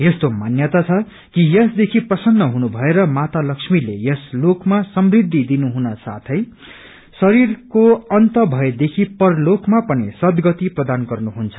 यस्तो मान्यता छ कि यसदेखि प्रसन्न हुनुभएर माता लक्षमीले यस लोकमा समृद्धि दिनुहुन साथै शरीरको अन्तभएदेखि परलोकमा पनि सदगति प्रदान गर्नु हुन्छ